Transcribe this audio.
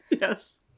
Yes